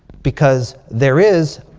because there is,